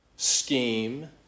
scheme